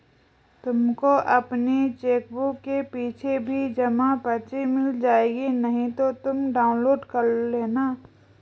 तुमको अपनी चेकबुक के पीछे भी जमा पर्ची मिल जाएगी नहीं तो तुम डाउनलोड कर लेना